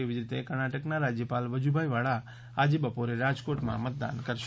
એવી જ રીતે કર્ણાટકના રાજ્યપાલ વજુભાઇ વાળા આજે બપોરે રાજકોટમાં મતદાન કરશે